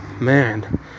man